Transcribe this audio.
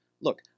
Look